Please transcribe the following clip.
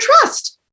trust